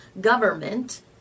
government